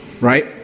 right